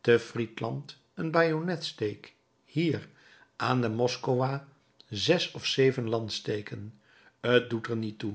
te friedland een bajonnetsteek hier aan de moskowa zes of zeven lanssteken t doet er niet toe